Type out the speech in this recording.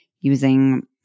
using